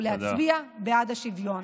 ולהצביע בעד השוויון.